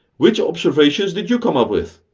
which observations did you come up with?